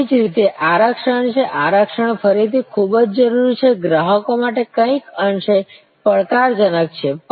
તેવી જ રીતે આરક્ષણ છે આરક્ષણ ફરીથી ખૂબ જ જરૂરી છે ગ્રાહકો માટે કંઈક અંશે પડકારજનક છે